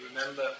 remember